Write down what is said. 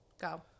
Go